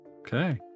Okay